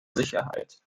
sicherheit